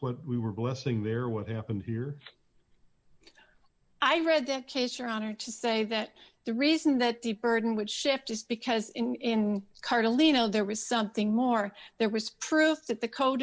when we were blessing there what happened here i read that case your honor to say that the reason that the burden which step just because in carlino there was something more there was proof that the co de